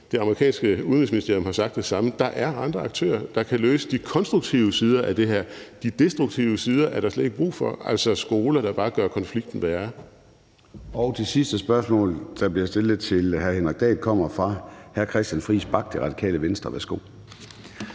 Det amerikanske udenrigsministerium har sagt det samme, nemlig at der er andre aktører, der kan løse de konstruktive sider af det her. De destruktive sider er der slet ikke brug for, altså skoler, der bare gør konflikten værre. Kl. 13:37 Formanden (Søren Gade): Det sidste spørgsmål, der bliver stillet til hr. Henrik Dahl, kommer fra hr. Christian Friis Bach, Radikale Venstre. Værsgo.